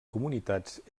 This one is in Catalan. comunitats